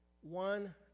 one